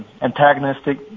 antagonistic